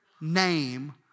name